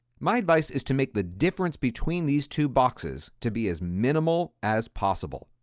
my advice is to make the difference between these two boxes to be as minimal as possible,